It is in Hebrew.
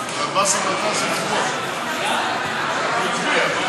(איסור עישון ברכב בקרבת קטין שטרם מלאו לו 16 שנים),